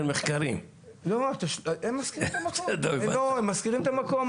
לא, הם משכירים את המקום.